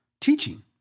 teaching